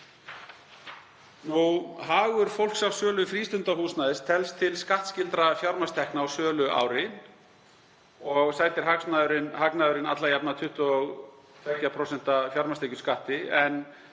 Hagnaður fólks af sölu frístundahúsnæðis telst til skattskyldra fjármagnstekna á söluári og sætir hagnaðurinn alla jafna 22% fjármagnstekjuskatti en